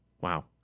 Wow